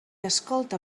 escolta